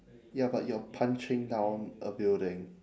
ya but you're punching down a building